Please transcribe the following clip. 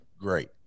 Great